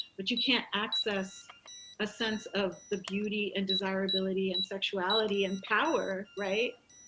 but you can't access a sense of the beauty and desirability and sexuality and power. right.